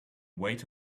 wait